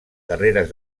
carreres